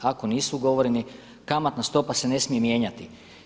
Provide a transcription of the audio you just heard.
Ako nisu ugovoreni kamatna stopa se ne smije mijenjati.